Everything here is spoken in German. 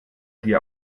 dir